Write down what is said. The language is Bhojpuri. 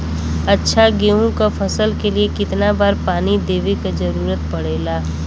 अच्छा गेहूँ क फसल के लिए कितना बार पानी देवे क जरूरत पड़ेला?